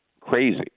crazy